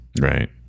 Right